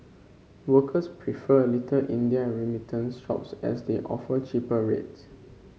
workers prefer Little India remittance shops as they offer cheaper rates